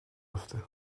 افته